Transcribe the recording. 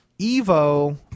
Evo